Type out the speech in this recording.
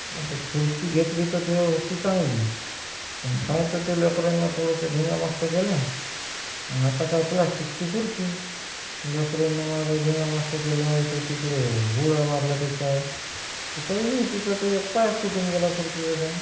ते खुर्ची घेतली तर ते होती चांगली पण काय तर ते लेकरानं थोडीशी धिंगामस्त्या केल्या आता काय प्लास्टिकची खुर्ची लेकरानं माझ्या धिंगामस्त्या केल्या इकडे तिकडे उड्या मारल्या त्याच्यावर काही नाही तिचा तर एक पायच तुटून गेला खुर्चीचा त्या